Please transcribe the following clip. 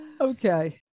Okay